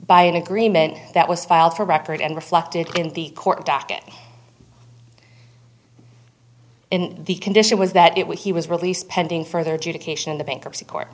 by an agreement that was filed for record and reflected in the court docket in the condition was that it when he was released pending further education in the bankruptcy court